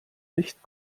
nicht